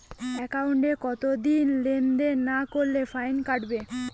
একাউন্টে কতদিন লেনদেন না করলে ফাইন কাটবে?